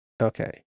Okay